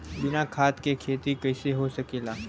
बिना खाद के खेती कइसे हो सकेला?